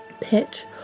Pitch